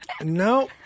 No